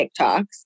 TikToks